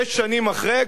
שש שנים אחרי,